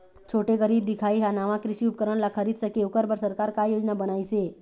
छोटे गरीब दिखाही हा नावा कृषि उपकरण ला खरीद सके ओकर बर सरकार का योजना बनाइसे?